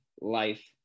life